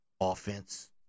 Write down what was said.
offense